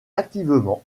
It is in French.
activement